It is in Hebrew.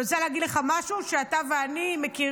כי אני רוצה להגיד לך משהו שאתה ואני מכירים,